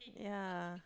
yeah